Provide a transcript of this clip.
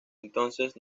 entonces